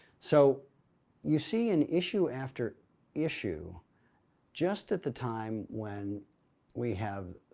so you see an issue after issue just at the time when we have.